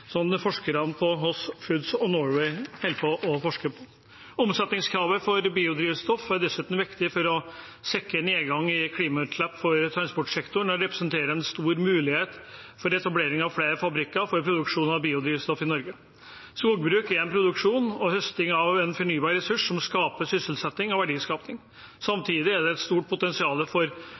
forskerne hos Foods of Norway holder på med å forske på. Omsetningskravet for biodrivstoff er dessuten viktig for å sikre nedgang i klimautslipp for transportsektoren og representerer en stor mulighet for etablering av flere fabrikker for produksjon av biodrivstoff i Norge. Skogbruk er produksjon og høsting av en fornybar ressurs som skaper sysselsetting og verdiskaping. Samtidig som det er et stort potensial for